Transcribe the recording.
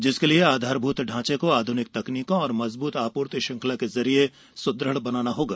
जिसके लिए आधारभूत ढाँचे को आधुनिक तकनीकों और मजबूत आपूर्ति श्रृंखला के जरिये सुदृढ़ बनाना होगा